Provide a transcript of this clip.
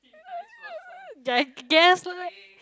uh I guess like